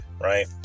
right